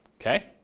Okay